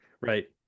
right